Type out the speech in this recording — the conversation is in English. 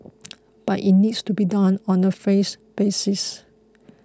but it needs to be done on the phase basis